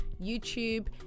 YouTube